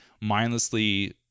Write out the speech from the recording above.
mindlessly